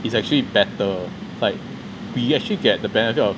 it's actually better like we actually get the benefit of